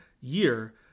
year